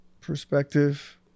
perspective